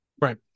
Right